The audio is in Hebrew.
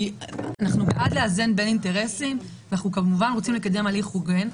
ואנחנו בעד לאזן בין אינטרסים ואנחנו כמובן רוצים לקדם הליך הוגן,